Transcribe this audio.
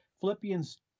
Philippians